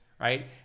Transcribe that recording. right